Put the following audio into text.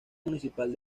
municipal